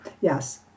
yes